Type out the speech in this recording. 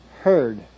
heard